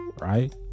right